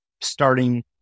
starting